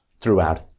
throughout